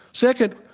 second,